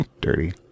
Dirty